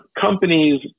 companies